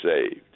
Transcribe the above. saved